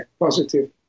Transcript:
positive